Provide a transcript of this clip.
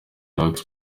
relax